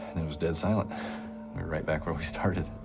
and it was dead silent. and we're right back where we started,